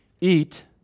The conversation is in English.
eat